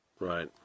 right